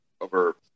over